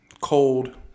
cold